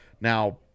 now